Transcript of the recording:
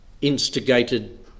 instigated